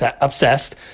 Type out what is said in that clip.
obsessed